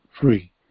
free